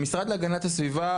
במשרד להגנת הסביבה,